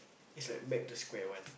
it's like back to square one